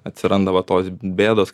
atsiranda va tos bėdos